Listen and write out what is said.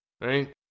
right